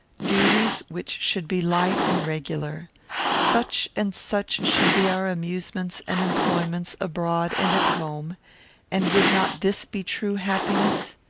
duties which should be light and regular such and such should be our amusements and employments abroad and at home and would not this be true happiness?